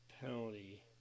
penalty